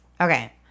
Okay